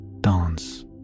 dance